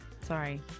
Sorry